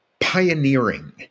pioneering